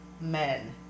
men